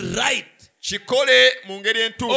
right